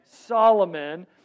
Solomon